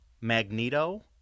Magneto